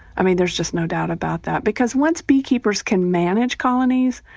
i mean, there's just no doubt about that because once beekeepers can manage colonies,